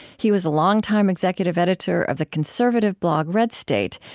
he was longtime executive editor of the conservative blog redstate,